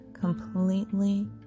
completely